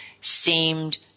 seemed